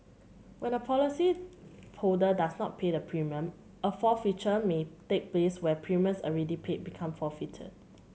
when a policyholder does not pay the premium a forfeiture may take place where premiums already paid become forfeited